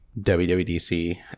WWDC